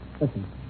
Listen